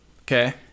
Okay